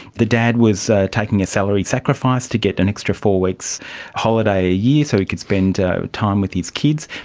the dad was taking a salary sacrifice to get an extra four weeks holiday a year so he could spend time with his kids.